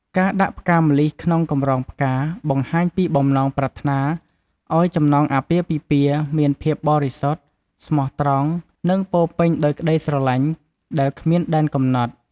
ការដាក់ផ្កាម្លិះក្នុងកម្រងផ្កាបង្ហាញពីបំណងប្រាថ្នាឱ្យចំណងអាពាហ៍ពិពាហ៍មានភាពបរិសុទ្ធ ស្មោះត្រង់ និងពោរពេញដោយក្តីស្រឡាញ់ដែលគ្មានដែនកំណត់។